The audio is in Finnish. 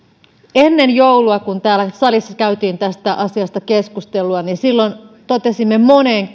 ennen joulua kun täällä salissa käytiin tästä asiasta keskustelua silloin totesimme moneen